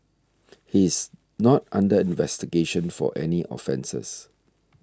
he is not under investigation for any offences